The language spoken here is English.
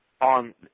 on